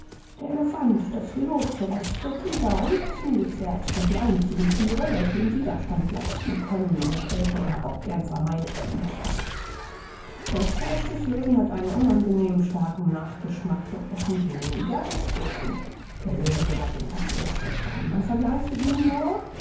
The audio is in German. der elephant das rhinozeros der tiger und das nilpferd sind die einzigen thiere welche ihm widerstand leisten können und welche er auch gern vermeidet wenn er kann das fleisch des löwen hat einen unangenehmen starken nachgeschmack doch essen die neger es gern der löwe gehört dem katzengeschlecht an man vergleiche ihn nur